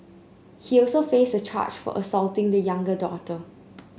he also faced a charge for assaulting the younger daughter